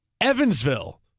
Evansville